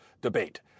debate